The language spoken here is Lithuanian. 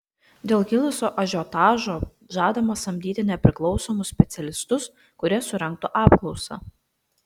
dėl kilusio ažiotažo žadama samdyti nepriklausomus specialistus kurie surengtų apklausą